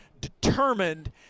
determined